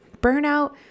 Burnout